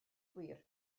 gwir